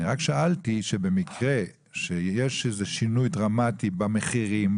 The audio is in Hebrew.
אני רק שאלתי אם במקרה שיש איזה שינוי דרמטי במחירים,